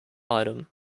item